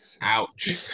ouch